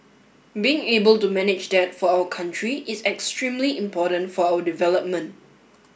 being able to manage that for our country is extremely important for our development